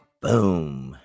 Boom